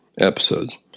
episodes